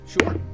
Sure